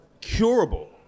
curable